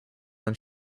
then